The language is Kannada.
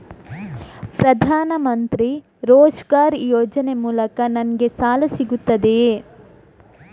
ಪ್ರದಾನ್ ಮಂತ್ರಿ ರೋಜ್ಗರ್ ಯೋಜನೆ ಮೂಲಕ ನನ್ಗೆ ಸಾಲ ಸಿಗುತ್ತದೆಯೇ?